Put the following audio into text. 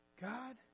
God